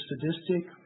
sadistic